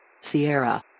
Sierra